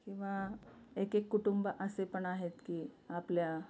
किंवा एक एक कुटुंब असे पण आहेत की आपल्या